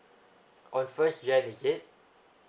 on first jan is it